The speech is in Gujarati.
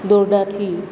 દોરડાંથી